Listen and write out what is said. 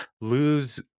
lose